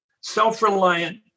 self-reliant